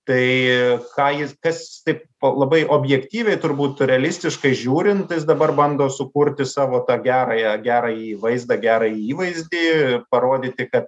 tai ką jis kas taip labai objektyviai turbūt realistiškai žiūrint jis dabar bando sukurti savo tą gerąją gerąjį vaizdą gerąjį įvaizdį parodyt kad